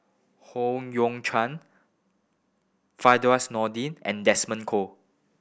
Howe Yoon Chong Firdaus Nordin and Desmond Kon